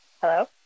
Hello